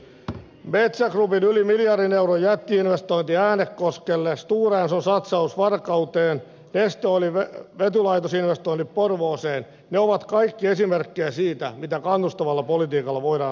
metsä groupin yli miljardin euron jätti investointi äänekoskelle stora enson satsaus varkauteen ja neste oilin vetylaitosinvestoinnit porvooseen ovat kaikki esimerkkejä siitä mitä kannustavalla politiikalla voidaan saada aikaan